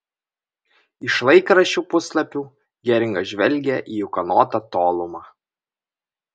iš laikraščių puslapių geringas žvelgė į ūkanotą tolumą